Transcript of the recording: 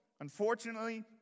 unfortunately